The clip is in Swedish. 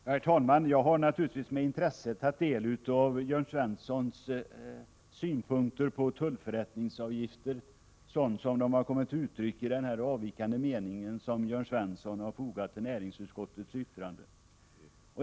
Herr talman! Jag har naturligtvis med intresse tagit del av Jörn Svenssons synpunkter på tullförrättningsavgifter, sådana de kommit till uttryck i den avvikande mening som Jörn Svensson fogat till näringsutskottets yttrande.